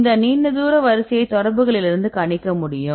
இந்த நீண்ட தூர வரிசையை தொடர்புகளிலிருந்து கணிக்க முடியும்